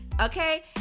Okay